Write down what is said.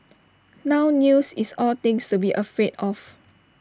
now news is all things to be afraid of